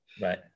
Right